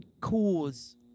cause